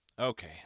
Okay